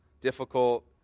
difficult